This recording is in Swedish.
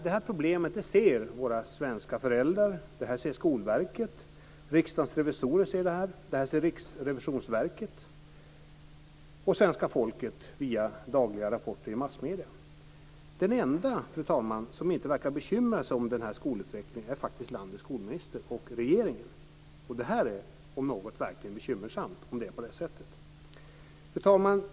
Det här problemet ser våra svenska föräldrar, Skolverket, Riksdagens revisorer och Riksrevisionsverket och också svenska folket via dagliga rapporter i massmedierna. Den enda, fru talman, som inte verkar bekymra sig för den här skolutvecklingen är faktiskt landets skolminister och regeringen. Det om något är verkligen bekymmersamt - om det nu är på det här sättet. Fru talman!